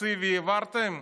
תקציב העברתם?